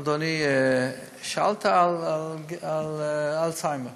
אדוני, שאלת על האלצהיימר,